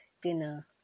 dinner